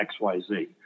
XYZ